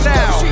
now